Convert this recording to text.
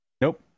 Nope